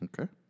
Okay